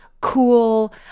cool